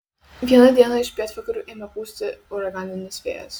vieną dieną iš pietvakarių ėmė pūsti uraganinis vėjas